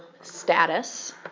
status